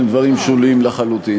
למשרד,